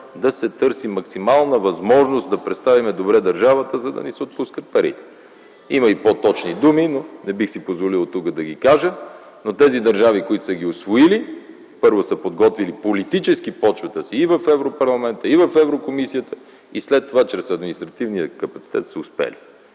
да се търси максимална възможност да представим добре държавата, за да ни се отпускат пари. Има и по-точни думи, но не бих си позволил да ги кажа оттук. Тези държави, които са ги усвоили, първо са подготвили политически почвата си и в европарламента, и в Еврокомисията, и след това чрез административния капацитет са успели.